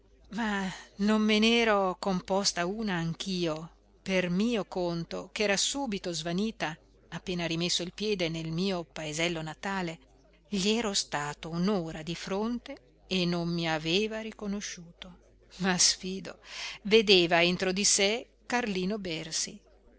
ma non me n'ero composta una anch'io per mio conto ch'era subito svanita appena rimesso il piede nel mio paesello natale gli ero stato un'ora di fronte e non mi aveva riconosciuto ma sfido vedeva entro di sé carlino bersi